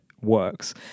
works